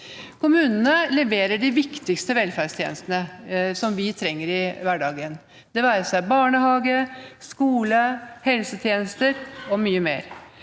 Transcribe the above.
Kommunene leverer de viktigste velferdstjenestene vi trenger i hverdagen, det være seg barnehage, skole, helsetjenester og mye mer.